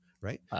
right